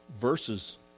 verses